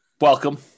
welcome